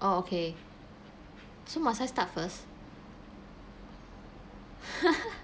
oh okay so must I start first